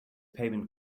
payment